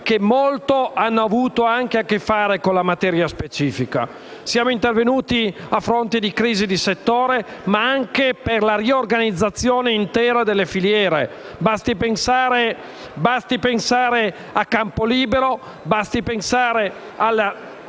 che molto hanno avuto a che fare con la materia specifica. Siamo intervenuti a fronte di crisi di settore, ma anche per la riorganizzazione intera delle filiere. Basti pensare al progetto Campolibero